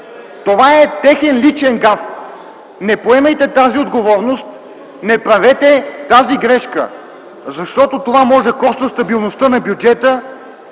Това е техен личен гаф. Не поемайте тази отговорност, не правете тази грешка, защото това може да коства стабилността на бюджета,